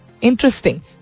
Interesting